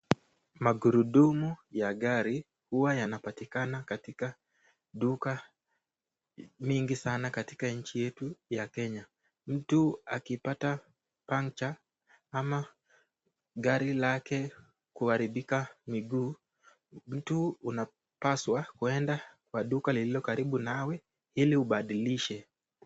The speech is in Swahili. Magurudumu ya gari huwa yanapatikana katitka duka mingi katika nchi yetu ya Kenya mtu alipata pangcha ama gari lake kuharibika miguu mtu unapaswa kuenda kwa duka lililo karibu nawe ili ubadilishe.